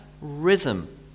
rhythm